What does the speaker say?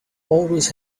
always